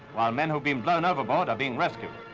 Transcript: while men who've been blown overboard are being rescued.